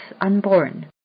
Unborn